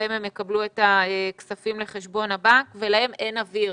בהם הם יקבלו את הכספים לחשבון הבנק ולהם אין אוויר.